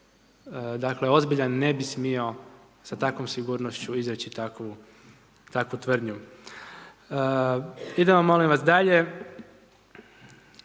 dakle, ozbiljan ne bi smio sa takvom sigurnošću izreći takvu tvrdnju. Idemo molim vas dalje,